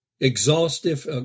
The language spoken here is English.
exhaustive